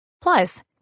Plus